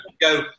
go